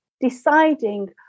deciding